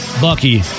Bucky